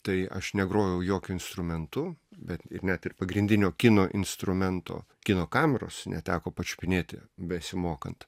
tai aš negrojau jokiu instrumentu bet ir net ir pagrindinio kino instrumento kino kameros neteko pačiupinėti besimokant